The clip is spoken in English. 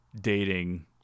dating